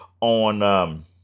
on